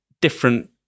different